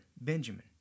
Benjamin